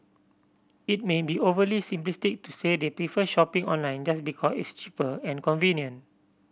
it may be overly simplistic to say they prefer shopping online just because it's cheaper and convenient